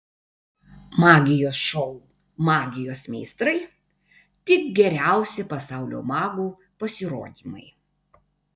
magijos šou magijos meistrai tik geriausi pasaulio magų pasirodymai